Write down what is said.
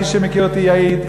מי שמכיר אותי יעיד,